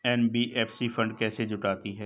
NBFC fund कैसे जुटाती है?